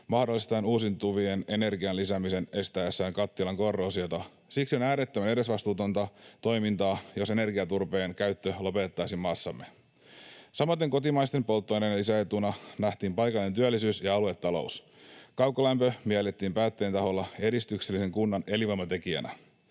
mahdollistaen uusiutuvan energian lisäämisen estäessään kattilan korroosiota. Siksi on äärettömän edesvastuutonta toimintaa, jos energiaturpeen käyttö lopetettaisiin maassamme. Samaten kotimaisten polttoaineiden lisäetuna nähtiin paikallinen työllisyys ja alue-talous. Kaukolämpö miellettiin päättäjien taholla edistyksellisen kunnan elinvoimatekijäksi.